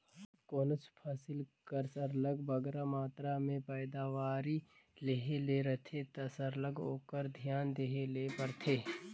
कोनोच फसिल कर सरलग बगरा मातरा में पएदावारी लेहे ले रहथे ता सरलग ओकर धियान देहे ले परथे